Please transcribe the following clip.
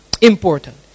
important